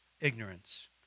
ignorance